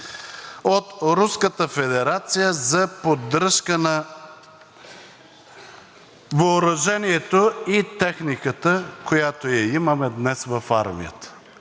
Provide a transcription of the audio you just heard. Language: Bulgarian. от Руската федерация за поддръжка на въоръжението и техниката, която имаме днес в армията.